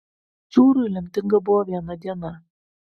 čiūrui lemtinga buvo viena diena